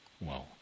Wow